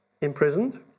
imprisoned